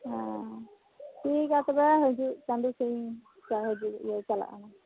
ᱚ ᱴᱷᱤᱠ ᱜᱮᱭᱟ ᱛᱚᱵᱮ ᱦᱤᱡᱩᱜ ᱪᱟᱸᱫᱳ ᱥᱮᱫ ᱤᱧ ᱪᱟᱞᱟᱣ ᱦᱤᱡᱩᱜ ᱤᱭᱟᱹ ᱪᱟᱞᱟᱜᱼᱟ